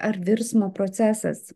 ar virsmo procesas